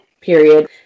period